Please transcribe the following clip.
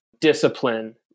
discipline